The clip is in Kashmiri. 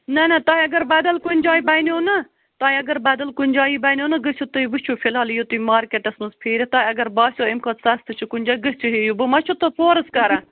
نہَ نہَ تۄہہِ اگر بَدل کُنہِ جایہِ بنیوٚو نا تۄہہِ اگر بَدل کُنہِ جایی بنیوٚو نا گٔژھِو تُہۍ وُچھِو فِلحال یِیِو تُہۍ مارکٮ۪ٹَس منٛز پھیٖرِتھ تۅہہِ اَگر باسیو اَمہِ کھۄتہٕ سَستہٕ چھُ کُنہِ جاے گٔژھو ہیٚیِو بہٕ ما چھسو فورٕس کَران